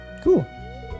Cool